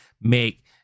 make